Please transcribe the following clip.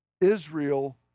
Israel